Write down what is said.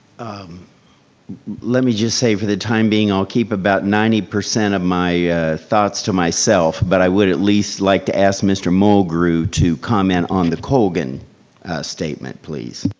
um let me just say for the time being, i'll keep about ninety percent of my thoughts to myself but i would at least like to ask mr. mulgrew to comment on the colgan statement please.